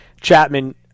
Chapman